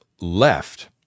left